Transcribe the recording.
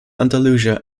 andalusia